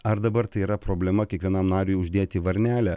ar dabar tai yra problema kiekvienam nariui uždėti varnelę